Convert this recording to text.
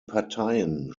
parteien